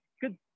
good